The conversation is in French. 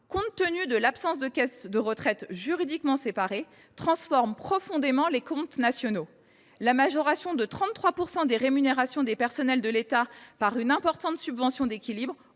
compte tenu de l’absence de caisses de retraite juridiquement séparées, transforme profondément les comptes nationaux. La majoration de 33 % des rémunérations des personnels de l’État par une importante subvention d’équilibre